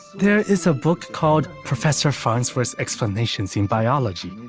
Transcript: there is a book called professor farnsworth's explanations in biology.